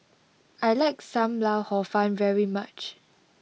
I like Sam Lau Hor Fun very much